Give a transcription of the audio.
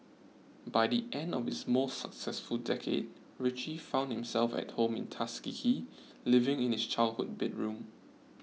by the end of his most successful decade Richie found himself at home in Tuskegee living in his childhood bedroom